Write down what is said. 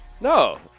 No